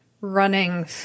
running